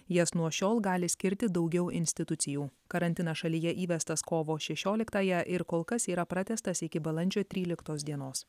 jas nuo šiol gali skirti daugiau institucijų karantinas šalyje įvestas kovo šešioliktąją ir kol kas yra pratęstas iki balandžio tryliktos dienos